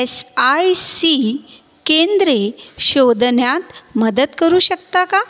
S I C केंद्रे शोधण्यात मदत करू शकता का